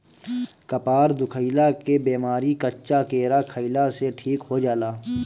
कपार दुखइला के बेमारी कच्चा केरा खइला से ठीक हो जाला